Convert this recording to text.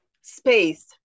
space